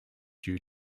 due